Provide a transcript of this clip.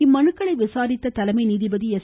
இம்மனுக்களை விசாரித்த தலைமை நீதிபதி எஸ்